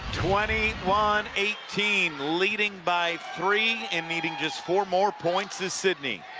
twenty one eighteen, leading by three and needing just four more points is sidney.